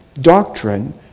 doctrine